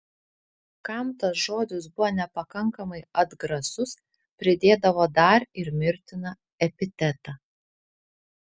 kam tas žodis buvo nepakankamai atgrasus pridėdavo dar ir mirtiną epitetą